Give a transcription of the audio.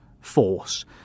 force